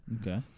Okay